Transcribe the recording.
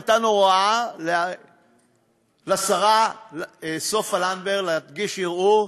הוא נתן הוראה לשרה סופה לנדבר להגיש ערעור,